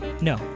No